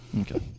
Okay